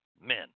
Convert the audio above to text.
men